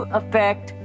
affect